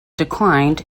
declined